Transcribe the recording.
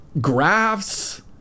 graphs